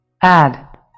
ADD